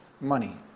money